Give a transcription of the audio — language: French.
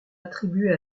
attribué